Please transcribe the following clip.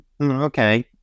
okay